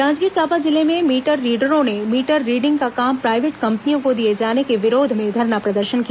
जांजगीर चांपा जिले में मीटर रीडरों ने मीटर रीडिंग का काम प्रायवेट कंपनियों को दिए जाने के विरोध में धरना प्रदर्शन किया